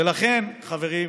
ולכן, חברים,